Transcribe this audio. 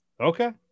Okay